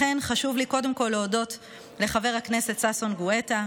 לכן חשוב לי קודם כול להודות לחבר הכנסת ששון גואטה,